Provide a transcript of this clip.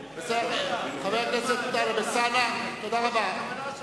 חבר הכנסת טלב אלסאנע, תודה רבה.